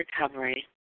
recovery